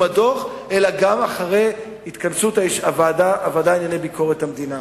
הדוח אלא גם אחרי התכנסות הוועדה לענייני ביקורת המדינה.